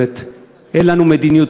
אין לנו מדינה אחרת.